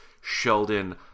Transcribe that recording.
Sheldon